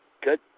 good